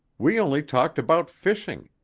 we only talked about fishing.